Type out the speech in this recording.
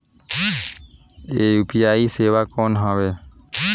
ये यू.पी.आई सेवा कौन हवे?